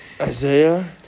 Isaiah